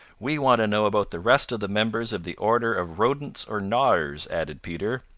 we want to know about the rest of the members of the order of rodents or gnawers, added peter.